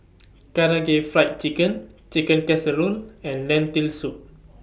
Karaage Fried Chicken Chicken Casserole and Lentil Soup